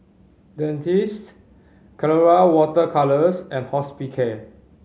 Dentiste Colora Water Colours and Hospicare